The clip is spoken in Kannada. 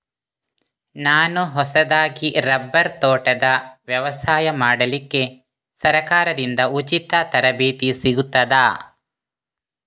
ನಾನು ಹೊಸದಾಗಿ ರಬ್ಬರ್ ತೋಟದ ವ್ಯವಸಾಯ ಮಾಡಲಿಕ್ಕೆ ಸರಕಾರದಿಂದ ಉಚಿತ ತರಬೇತಿ ಸಿಗುತ್ತದಾ?